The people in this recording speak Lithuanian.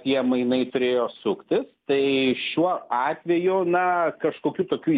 tie mainai turėjo suktis tai šiuo atveju na kažkokių tokių